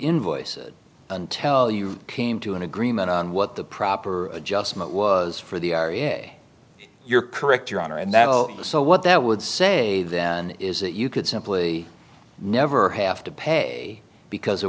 invoice and tell you came to an agreement on what the proper adjustment was for the are in your correct your honor and that the so what that would say then is that you could simply never have to pay because it